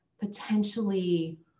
potentially